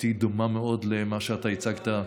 תמונתי דומה מאוד למה שאתה הצגת,